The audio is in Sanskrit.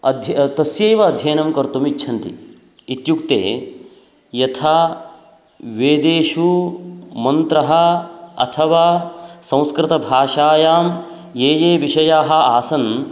अद्य तस्यैव अध्ययनं कर्तुम् इच्छन्ति इत्युक्ते यथा वेदेषु मन्त्रः अथवा संस्कृतभाषायां ये ये विषयाः आसन्